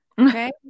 okay